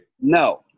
No